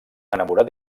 enamorar